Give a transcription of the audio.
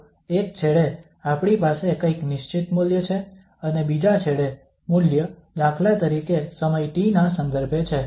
તો એક છેડે આપણી પાસે કંઈક નિશ્ચિત મૂલ્ય છે અને બીજા છેડે મૂલ્ય દાખલા તરીકે સમય t નાં સંદર્ભે છે